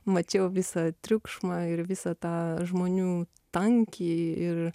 mačiau visą triukšmą ir visą tą žmonių tankį ir